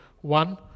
One